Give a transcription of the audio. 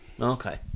Okay